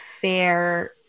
fair